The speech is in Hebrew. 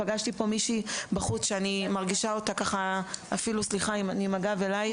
פגשתי פה מישהי בחוץ שאני מרגישה אותה ואני מתנצלת אם אני עם הגב אלייך.